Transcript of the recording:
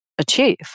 achieve